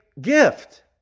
gift